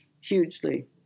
hugely